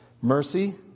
mercy